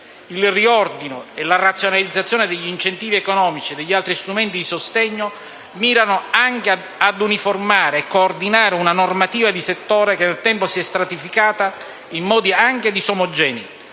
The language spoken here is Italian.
Il riordino e la razionalizzazione degli incentivi economici e degli altri strumenti di sostegno mirano anche ad uniformare e coordinare una normativa di settore che nel tempo si è stratificata in modi anche disomogenei,